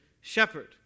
shepherd